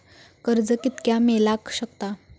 कर्ज कितक्या मेलाक शकता?